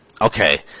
Okay